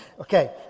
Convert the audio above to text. Okay